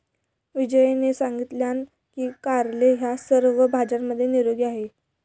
विजयने सांगितलान की कारले ह्या सर्व भाज्यांमध्ये निरोगी आहे